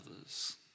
others